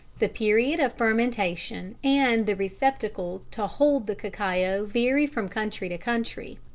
the period of fermentation and the receptacle to hold the cacao vary from country to country.